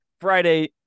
Friday